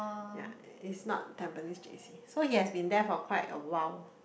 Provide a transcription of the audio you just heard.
ya it's not Tampines J_C so he has been there for quite a while